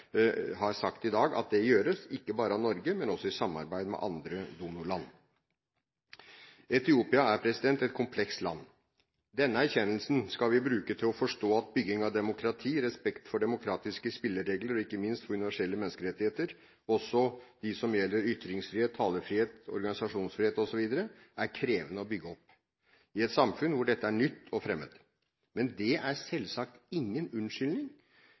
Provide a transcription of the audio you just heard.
har sagt i dag at gjøres – ikke bare av Norge, men også i samarbeid med andre donorland. Etiopia er et komplekst land. Denne erkjennelsen skal vi bruke til å forstå at bygging av demokrati, respekt for demokratiske spilleregler og ikke minst universelle menneskerettigheter, også dem som gjelder ytringsfrihet, talefrihet, organisasjonsfrihet osv., er krevende å bygge opp i et samfunn hvor dette er nytt og fremmed. Det er selvsagt ingen unnskyldning